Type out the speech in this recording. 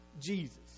Jesus